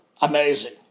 amazing